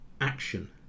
action